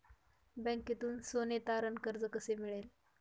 बँकेतून सोने तारण कर्ज कसे मिळेल?